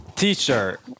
t-shirt